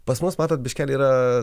pas mus matot biškelį yra